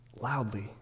loudly